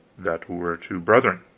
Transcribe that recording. that were two brethren,